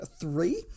three